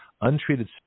untreated